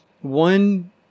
one